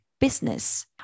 business